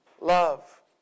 love